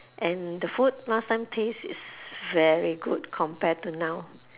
and the food last time taste is very good compared to now